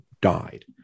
died